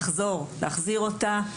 להחזיר אותה,